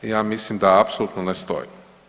Ja mislim da apsolutno ne stoji.